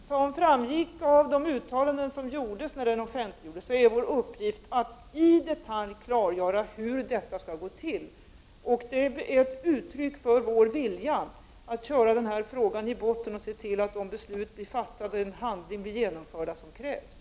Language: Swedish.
Herr talman! Som framgick av de uttalanden som gjordes när krisgruppen offentliggjordes är vår uppgift i krisgruppen att i detalj klargöra hur kärnkraftsavvecklingen skall gå till. Det är ett uttryck för vår vilja att köra denna fråga i botten och se till att de beslut som vi fattar och de handlingar som krävs blir genomförda.